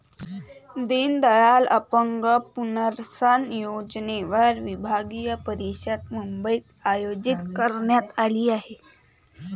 दीनदयाल अपंग पुनर्वसन योजनेवर विभागीय परिषद मुंबईत आयोजित करण्यात आली आहे